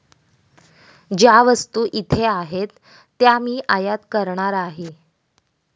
ज्या वस्तू इथे आहेत त्या मी आयात करणार आहे